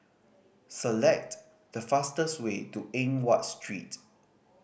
select the fastest way to Eng Watt Street